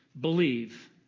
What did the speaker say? Believe